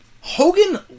Hogan